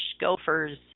gophers